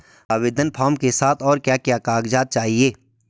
आवेदन फार्म के साथ और क्या क्या कागज़ात चाहिए?